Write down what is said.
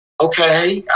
Okay